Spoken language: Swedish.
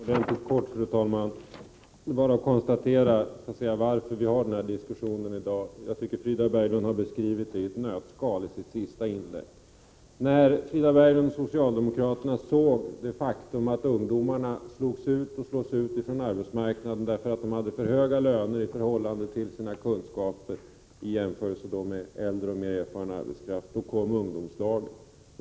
Fru talman! Det är bara att konstatera att vi har den här diskussionen i dag, och jag tycker att Frida Berglund så att säga i ett nötskal i det senaste inlägget har beskrivit varför vi för den. När Frida Berglund och socialdemokraterna såg att ungdomarna slogs ut från arbetsmarknaden därför att de hade för höga löner i förhållande till sina kunskaper, när man jämförde med äldre och mer erfaren arbetskraft, då kom ungdomslagen.